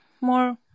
more